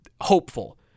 hopeful